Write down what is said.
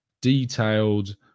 Detailed